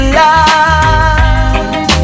love